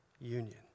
union